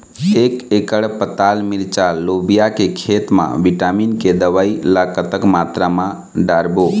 एक एकड़ पताल मिरचा लोबिया के खेत मा विटामिन के दवई ला कतक मात्रा म डारबो?